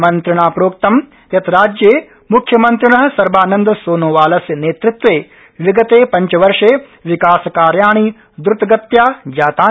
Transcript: मन्त्रिणा प्रोक्तं यत् राज्ये मुख्यमन्त्रिण सर्बानन्द सोनोवालस्य नेतृत्वे विगत पंचवर्षे विकासकार्याणि द्र्तगत्या जातानि